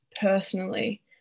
personally